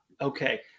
okay